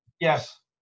Yes